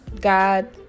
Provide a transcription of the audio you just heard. God